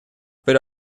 pero